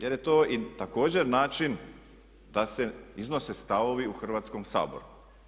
Jer je to također način da se iznose stavovi u Hrvatskom saboru.